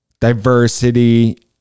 diversity